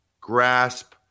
grasp